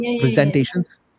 presentations